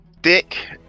Dick